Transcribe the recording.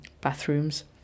bathrooms